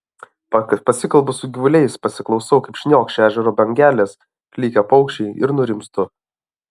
pasikalbu su gyvuliais pasiklausau kaip šniokščia ežero bangelės klykia paukščiai ir nurimstu